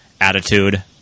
attitude